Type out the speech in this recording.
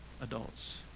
adults